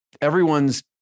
everyone's